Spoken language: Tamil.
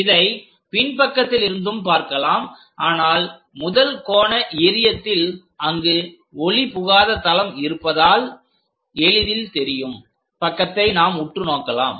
இதை பின் பக்கத்தில் இருந்தும் பார்க்கலாம் ஆனால் முதல் கோண ஏறியத்தில் அங்கு ஒளி புகாத தளம் இருப்பதால் எளிதில் தெரியும் பக்கத்தை நாம் உற்று பார்க்கலாம்